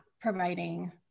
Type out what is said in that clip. providing